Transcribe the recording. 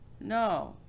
no